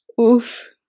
Oof